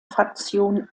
fraktion